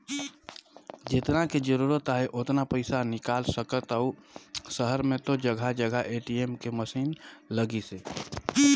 जेतना के जरूरत आहे ओतना पइसा निकाल सकथ अउ सहर में तो जघा जघा ए.टी.एम के मसीन लगिसे